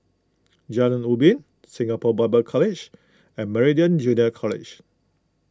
Jalan Ubin Singapore Bible College and Meridian Junior College